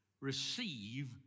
receive